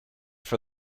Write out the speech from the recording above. for